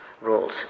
rules